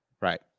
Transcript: Right